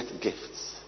gifts